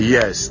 Yes